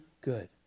good